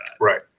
Right